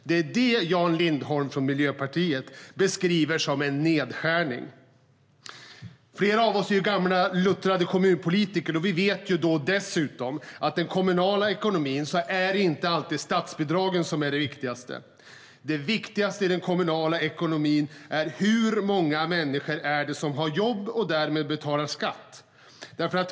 Det är det Jan Lindholm från Miljöpartiet beskriver som en nedskärning. Flera av oss är gamla luttrade kommunpolitiker, och vi vet dessutom att i den kommunala ekonomin är det inte alltid statsbidragen som är det viktigaste. Det viktigaste i den kommunala ekonomin är hur många människor som har jobb och därmed betalar skatt.